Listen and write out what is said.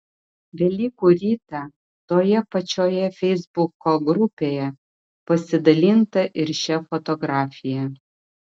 velykų rytą toje pačioje feisbuko grupėje pasidalinta ir šia fotografija